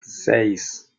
seis